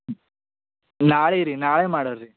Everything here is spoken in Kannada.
ನಾಳೆ ರೀ ನಾಳೆ ಮಾಡೊ ರೀ